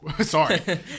sorry